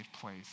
place